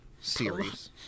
series